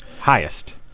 Highest